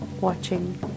watching